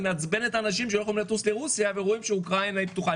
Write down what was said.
זה מעצבן את האנשים שלא יכולים לטוס לרוסיה ורואים שאוקראינה פתוחה.